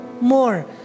more